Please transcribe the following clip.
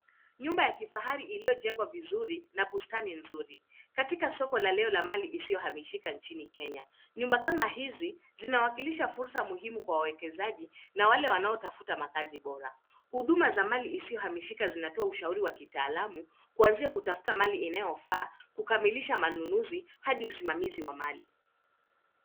Nyumba ya kifahari iliyojengwa vizuri na bustani nzuri. Katika soko la leo la mali isiyohamishika Kenya. Nyumba kama hizi zinawakilisha fursa muhimu kwa waekezaji na wale wanaotafuta makazi bora. Huduma za mali isiyohamishika zinatoa ushauri wa kitaalamu kuanzia kutafuta mali inayofaa kukamilisha manunuzi hadi usimamizi wa mali.